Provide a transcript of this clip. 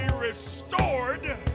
restored